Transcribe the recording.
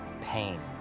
pain